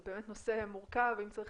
זה באמת נושא מורכב, ואם צריך